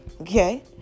Okay